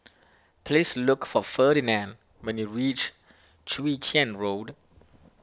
please look for Ferdinand when you reach Chwee Chian Road